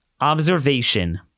observation